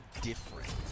different